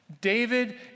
David